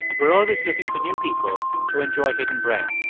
we're always looking for new people to enjoy hidden brain